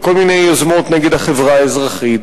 בכל מיני יוזמות נגד החברה האזרחית,